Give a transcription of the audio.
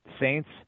Saints